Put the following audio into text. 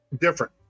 different